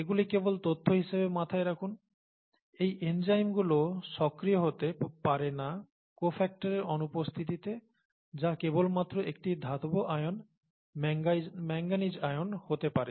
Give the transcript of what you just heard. এগুলি কেবল তথ্য হিসেবে মাথায় রাখুন এই এনজাইমগুলো সক্রিয় হতে পারে না কোফ্যাক্টরের অনুপস্থিতিতে যা কেবলমাত্র একটি ধাতব আয়ন - ম্যাঙ্গানিজ আয়ন হতে পারে